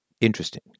interesting